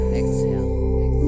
exhale